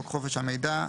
חוק חופש המידע,